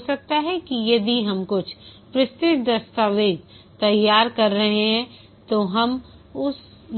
हो सकता है कि यदि हम बहुत विस्तृत दस्तावेज तैयार कर रहे हैं तो हम